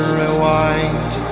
rewind